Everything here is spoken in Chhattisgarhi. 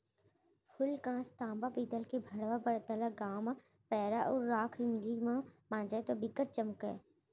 फूलकास, तांबा, पीतल के भंड़वा बरतन ल गांव म पैरा अउ राख इमली म मांजय तौ बिकट चमकय